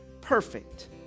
perfect